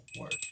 work